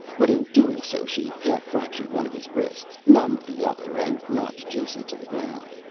but in doing so she half fractured one of his wrists, numbed the other, and knocked jason to the ground.